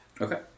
Okay